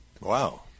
Wow